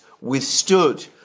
withstood